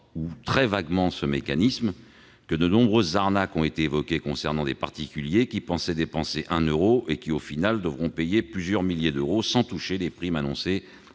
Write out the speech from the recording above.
ou très vaguement, ce mécanisme et que de nombreuses arnaques ont été évoquées concernant des particuliers qui pensaient dépenser 1 euro et qui, finalement, devront payer plusieurs milliers d'euros, sans toucher les primes annoncées